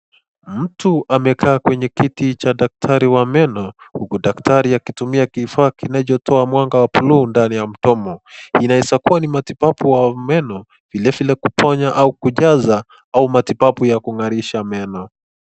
Mtu amekaa kwenye kiti cha daktari wa meno, huku daktari akitumia kifaa kinachotoa mwanga wa buluu ndani ya mdomo, inaweza kuwa ni matibabu ya meno, vilevile kuponya au kujaza au matibabu ya kung'arisha meno.